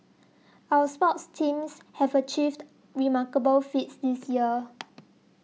our sports teams have achieved remarkable feats this year